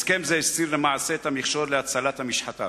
הסכם זה הסיר, למעשה, את המכשול להצלת המשחטה